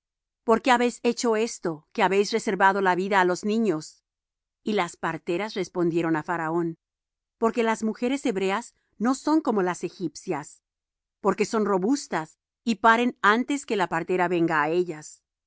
por qué habéis hecho esto que habéis reservado la vida á los niños y las parteras respondieron á faraón porque las mujeres hebreas no son como las egipcias porque son robustas y paren antes que la partera venga á ellas